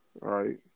right